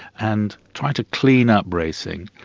and trying to clean up racing.